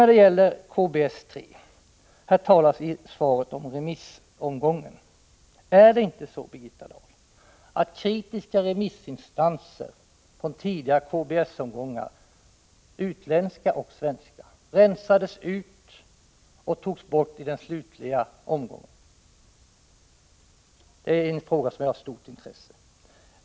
När det gäller KBS 3 talas det i svaret om remissomgången. Är det inte så, Birgitta Dahl, att kritiska remissinstanser — utländska och svenska — från tidiga KBS-omgångar rensades ut och togs bort i den slutliga omgången? Det är en fråga som är av stort intresse.